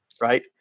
Right